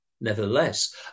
nevertheless